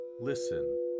listen